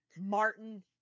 Martin